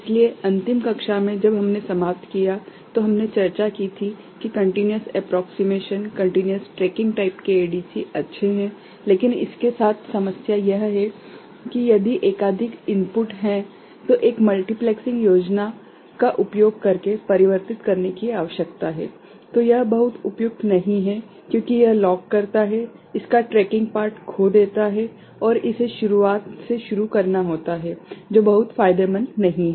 इसलिए अंतिम कक्षा में जब हमने समाप्त किया तो हमने चर्चा की थी कि continuous approximation continuous tracking type के एडीसी अच्छे है लेकिन इसके साथ समस्या यह है कि यदि एकाधिक इनपुट है तो एक मल्टीप्लेक्सिंग योजना का उपयोग करके परिवर्तित करने की आवश्यकता है तो यह बहुत उपयुक्त नहीं है क्योंकि यह लॉक करता है इसका ट्रैकिंग पार्ट खो देता है और इसे शुरुआत से शुरू करना होता है जो बहुत फायदेमंद नहीं है